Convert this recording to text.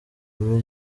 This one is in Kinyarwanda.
kuba